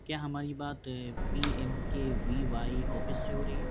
کیا ہماری بات P M K V Y office سے ہو رہی ہے